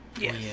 Yes